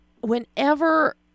whenever